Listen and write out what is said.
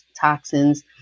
toxins